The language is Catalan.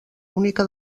única